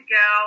go